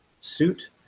suit